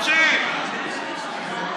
למה, אין לך